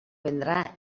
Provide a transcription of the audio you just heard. vendrá